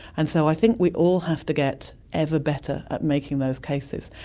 and so i think we all have to get ever better at making those cases,